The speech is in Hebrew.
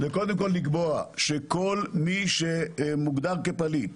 היא קודם כול לקבוע שכל מי שמוגדר כפליט,